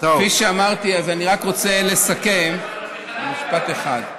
כפי שאמרתי, אני רק רוצה לסכם במשפט אחד.